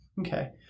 Okay